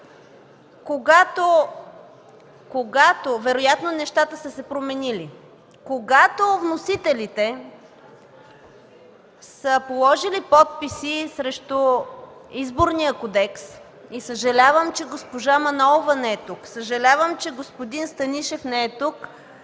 когато вносителите са положили подписи под Изборния кодекс. Съжалявам, че госпожа Манолова не е тук, че господин Станишев не е тук,